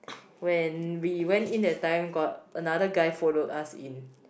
when we went in that time got another guy followed us in